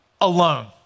alone